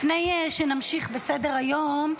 לפני שנמשיך בסדר-היום,